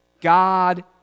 God